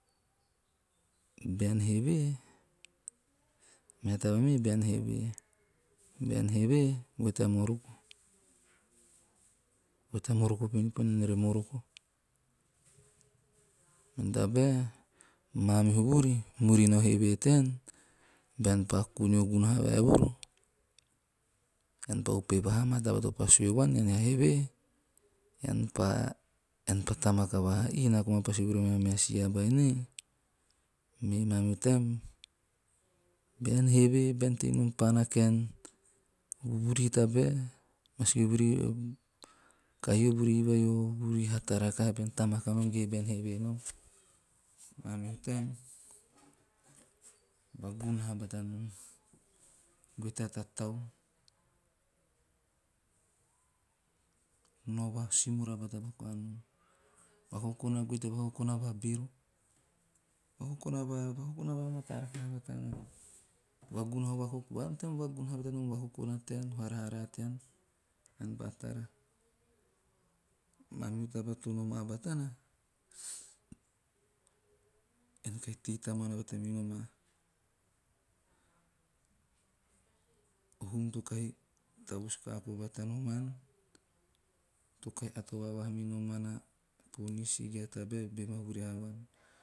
Bean heve. goe tea moroko. Goe tea moroko pinopino ean re morko, men tabal, manihu vuri murino heve tean, bean pa kunio gunaha vaevuru ean pa upehe vahaa maa taba vai to pa sue vuan ean he a heve, ean pa tamaka vaha "eh, naa koma pa sue mivuru a meha si aba voen ei." Me mamhu taem, beam heve, bean tei nom pana kaen vuri tabal, kahi o kaen vuri vai o hata rakaha, bean tamaka nom ge beam hevee nom, mamihu taem, vagunaha tata nom. Goe tea tatau, nao va- simuna bata nom, goe tea vakokona va bero. Vakokona va matao bata nom. Vagunaha, mamihu taem vagu na ba bata nom a vakokona tean ean pa tara, ama mihu taba to noma batana, ean kahi tei tamuana bata minom o hum to kahi tavus kako bata noman, to kahi at o vaavaha bata noman a panisi ge a tabal be vurahe vuan.